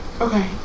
Okay